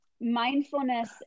mindfulness